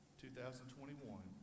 2021